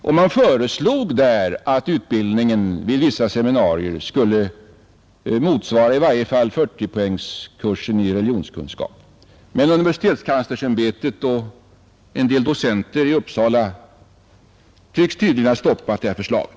Denna kontaktkommitté föreslog att utbildningen vid vissa seminarier skulle motsvara i varje fall 40-poängskursen i religionskunskap, men universitetskanslersämbetet och en del docenter i Uppsala har tydligen stoppat detta förslag.